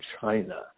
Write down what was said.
China